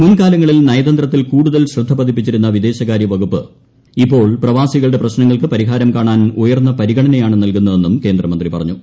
മുൻകാലങ്ങളിൽ നയതന്ത്രത്തിൽ കൂടുതൽ ശ്രദ്ധ പതിപ്പിച്ചിരുന്ന വിദേശകാരൃവകുപ്പ് ഇപ്പോൾ പ്രവാസികളുടെ പ്രശ്നങ്ങൾക്ക് പരിഹാരം കാണാൻ ഉയർന്ന പരിഗണനയാണ് നൽകുന്നതെന്നും കേന്ദ്രമന്ത്രി പറഞ്ഞു